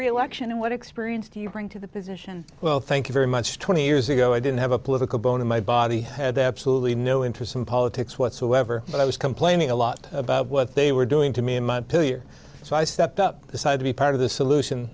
reelection and what experience do you bring to the position well thank you very much twenty years ago i didn't have a political bone in my body had absolutely no interest in politics whatsoever but i was complaining a lot about what they were doing to me and my pill year so i stepped up the side to be part of the solution